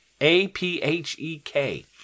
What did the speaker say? A-P-H-E-K